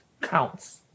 counts